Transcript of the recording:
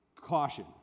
caution